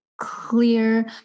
clear